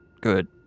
good